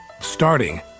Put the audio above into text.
starting